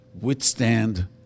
withstand